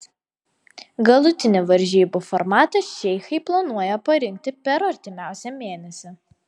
galutinį varžybų formatą šeichai planuoja parinkti per artimiausią mėnesį